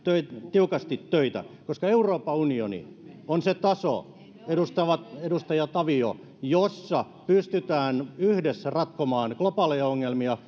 tiukasti töitä koska euroopan unioni on se taso edustaja tavio jolla pystytään yhdessä ratkomaan globaaleja ongelmia